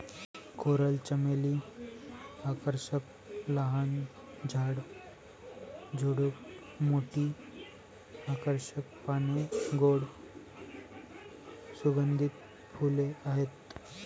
coral चमेली आकर्षक लहान झाड, झुडूप, मोठी आकर्षक पाने, गोड सुगंधित फुले आहेत